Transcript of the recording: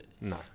no